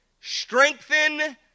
strengthen